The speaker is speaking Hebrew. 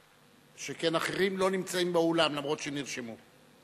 שכן אחרים לא נמצאים באולם, אף-על-פי שנרשמו.